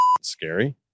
scary